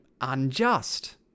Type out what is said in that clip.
unjust